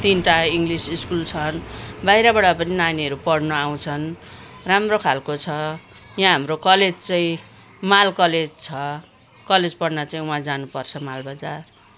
तिनवटा English school छन् बाहिरबाट पनि नानीहरू पढ्न आउँछन् राम्रो खालको छ यहाँ हाम्रो कलेज चाहिँ माल कलेज छ कलेज पढ्न चाहिँ उहाँ जानुपर्छ मालबजार